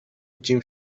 جیم